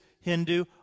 Hindu